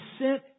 sent